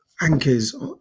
anchors